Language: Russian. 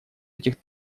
этих